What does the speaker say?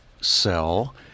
sell